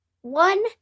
One